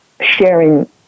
sharing